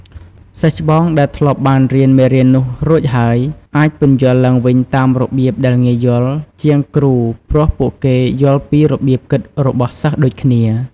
សិស្សច្បងដែលធ្លាប់បានរៀនមេរៀននោះរួចហើយ អាចពន្យល់ឡើងវិញតាមរបៀបដែលងាយយល់ជាងគ្រូ ព្រោះពួកគេយល់ពីរបៀបគិតរបស់សិស្សដូចគ្នា។